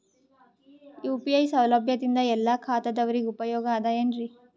UPI ಸೌಲಭ್ಯದಿಂದ ಎಲ್ಲಾ ಖಾತಾದಾವರಿಗ ಉಪಯೋಗ ಅದ ಏನ್ರಿ?